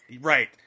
Right